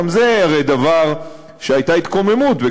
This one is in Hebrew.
גם זה הרי דבר שהייתה התקוממות עליו